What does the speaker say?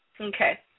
Okay